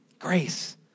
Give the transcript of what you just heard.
Grace